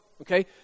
okay